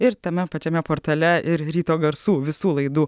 ir tame pačiame portale ir ryto garsų visų laidų